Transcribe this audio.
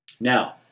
Now